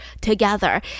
together